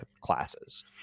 classes